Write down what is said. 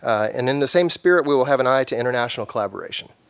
and in the same spirit, we'll we'll have an eye to international collaboration.